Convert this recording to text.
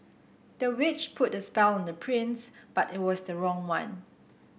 the witch put a spell on the prince but it was the wrong one